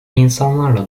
insanlarla